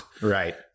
Right